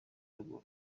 ruguru